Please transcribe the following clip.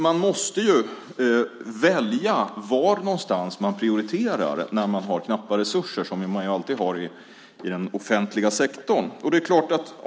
Man måste välja vad man prioriterar när man har knappa resurser, som vi alltid har i den offentliga sektorn.